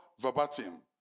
verbatim